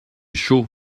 chaud